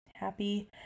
happy